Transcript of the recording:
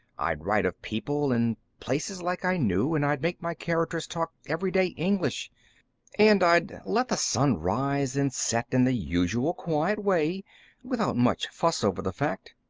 i'd write of people and places like i knew, and i'd make my characters talk everyday english and i'd let the sun rise and set in the usual quiet way without much fuss over the fact.